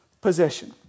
possession